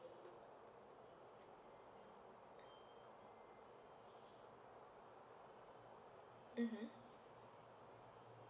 mm